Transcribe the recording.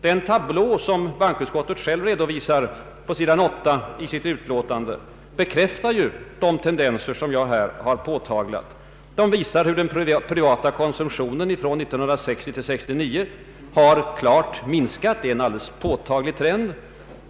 Den tablå som bankoutskottet redovisar på s. 8 i sitt utlåtande bekräftar de tendenser som jag här har påtalat. Tablån visar hur den privata konsumtionen från 1960 till 1969 klart minskat; det är en alldeles påtaglig trend.